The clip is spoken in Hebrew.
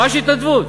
ממש התנדבות.